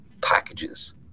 packages